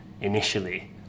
initially